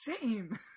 Shame